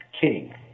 king